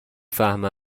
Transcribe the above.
فهمه